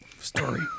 story